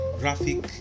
graphic